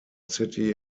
city